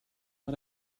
mal